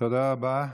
תודה רבה.